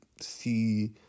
see